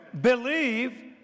believe